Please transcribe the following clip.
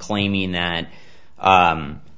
claiming that